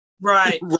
right